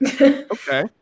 Okay